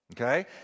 okay